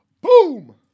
Boom